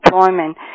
employment